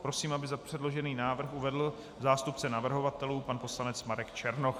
Prosím, aby předložený návrh uvedl zástupce navrhovatelů pan poslanec Marek Černoch.